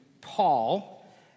Paul